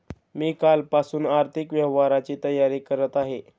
मी कालपासून आर्थिक व्यवहारांची तयारी करत आहे